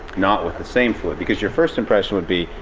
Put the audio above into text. not with the same fluid. because your first impression would be,